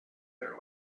their